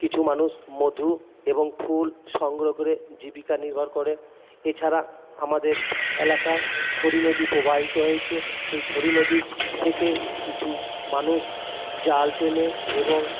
কিছু মানুষ মধু এবং ফুল সংগ্রহ করে জীবিকা নির্ভর করে এছাড়া আমাদের এলাকায় খড়ি নদী প্রবাহিত হয়েছে সেই খড়ি নদীর থেকে কিছু মানুষ জাল টেনে এবং